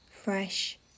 fresh